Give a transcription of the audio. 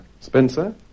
Spencer